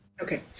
Okay